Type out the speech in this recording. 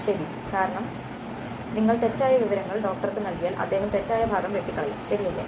ശരി കാരണം നിങ്ങൾ തെറ്റായ വിവരങ്ങൾ ഡോക്ടർക്ക് നൽകിയാൽ അദ്ദേഹം തെറ്റായ ഭാഗം വെട്ടിക്കളയും ശരിയല്ലേ